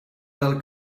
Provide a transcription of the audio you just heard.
del